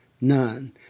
none